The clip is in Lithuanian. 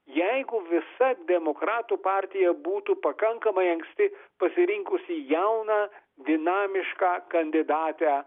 jeigu visa demokratų partija būtų pakankamai anksti pasirinkusi jauną dinamišką kandidatę